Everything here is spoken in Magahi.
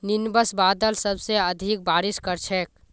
निंबस बादल सबसे अधिक बारिश कर छेक